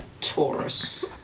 Taurus